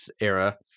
era